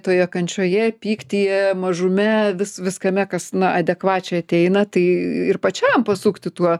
toje kančioje pyktyje mažume vis viskame kas na adekvačiai ateina tai ir pačiam pasukti tuo